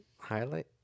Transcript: Highlight